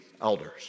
elders